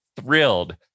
thrilled